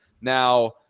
Now